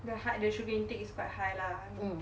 the heart the sugar intake is quite high lah